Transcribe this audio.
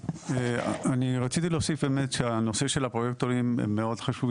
אני רציתי להוסיף שהנושא של הפרויקט עולים מאוד חשוב